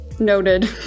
noted